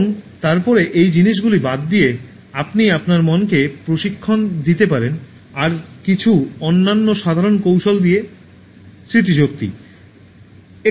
এবং তারপরে এই জিনিসগুলি বাদ দিয়ে আপনি আপনার মনকে প্রশিক্ষণ দিতে পারেন আর কিছু অন্যান্য সাধারণ কৌশল দিয়ে স্মৃতিশক্তি